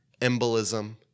embolism